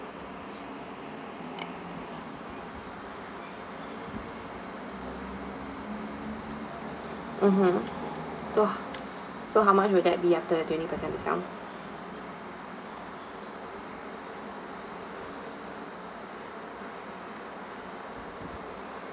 mmhmm so so how much would that be after a twenty percent discount